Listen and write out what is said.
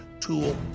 tool